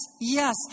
yes